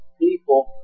people